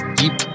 deep